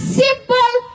simple